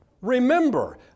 Remember